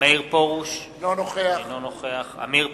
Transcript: מאיר פרוש, אינו נוכח עמיר פרץ,